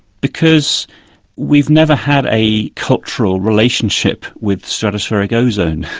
because we've never had a cultural relationship with stratospheric ozone.